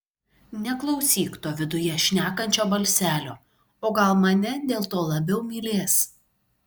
neklausyk to viduje šnekančio balselio o gal mane dėl to labiau mylės